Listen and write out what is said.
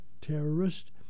terrorist